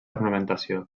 ornamentació